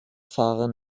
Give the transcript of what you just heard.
fahrer